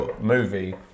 movie